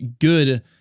good